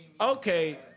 Okay